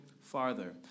farther